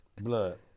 blood